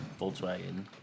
Volkswagen